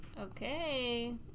Okay